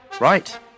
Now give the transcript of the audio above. Right